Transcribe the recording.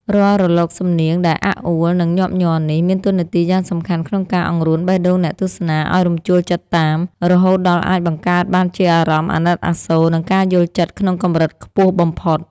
រាល់រលកសំនៀងដែលអាក់អួល និងញាប់ញ័រនេះ មានតួនាទីយ៉ាងសំខាន់ក្នុងការអង្រួនបេះដូងអ្នកទស្សនាឱ្យរំជួលចិត្តតាម រហូតដល់អាចបង្កើតបានជាអារម្មណ៍អាណិតអាសូរ និងការយល់ចិត្តក្នុងកម្រិតខ្ពស់បំផុត។